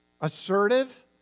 assertive